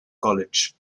college